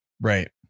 right